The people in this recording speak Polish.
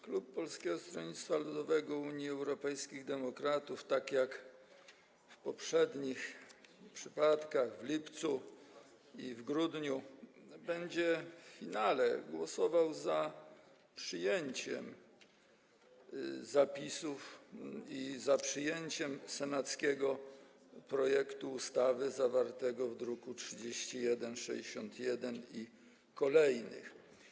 Klub Polskiego Stronnictwa Ludowego - Unii Europejskich Demokratów, tak jak w poprzednich przypadkach: w lipcu i w grudniu będzie w finale głosował za przyjęciem zapisów i za przyjęciem senackiego projektu ustawy zawartego w druku nr 3161 i kolejnych.